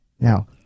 Now